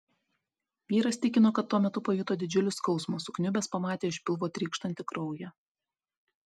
vyras tikino kad tuo metu pajuto didžiulį skausmą sukniubęs pamatė iš pilvo trykštantį kraują